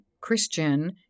Christian